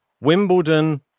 Wimbledon